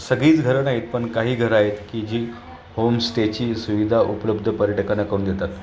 सगळीच घरं नाहीत पण काही घरं आहेत की जी होमस्टेची सुविधा उपलब्ध पर्यटकांना करून देतात